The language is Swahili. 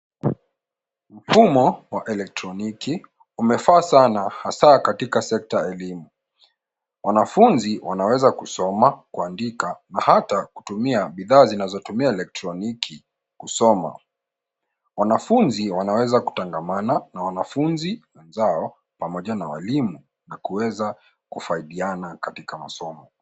Mfumo wa elektroniki umefaa sana hasa katika sekta ya elimu. Wanafunzi wanaweza kusoma, kuandika na hata kutumia bidhaa zinazotumia elektroniki kusoma. Wanafunzi wanaweza kutangamana na wanafunzi wenzao pamoja na walimu na kuweza kufaidiana katika masomo.